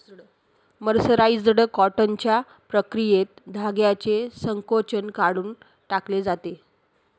mercerised कॉटनच्या प्रक्रियेत धाग्याचे संकोचन काढून टाकले जाते